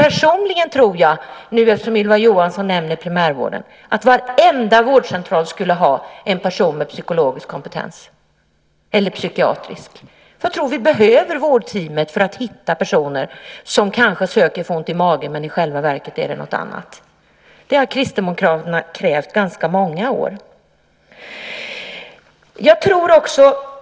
Eftersom Ylva Johansson nämner primärvården kan jag säga att jag personligen tror att varenda vårdcentral borde ha en person med psykologisk eller psykiatrisk kompetens. Jag tror att vi behöver vårdteamet för att hitta personer som kanske söker för ont i magen men som i själva verket lider av någonting annat. Det har Kristdemokraterna krävt i ganska många år.